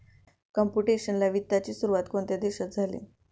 Computational वित्ताची सुरुवात कोणत्या देशात झाली?